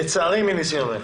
לצערי מניסיונך.